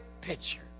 picture